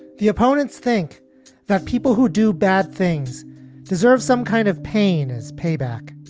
the opponents think that people who do bad things deserve some kind of pain as payback,